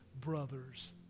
brothers